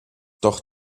doch